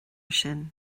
sin